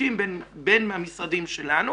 קשים בין המשרדים שלנו,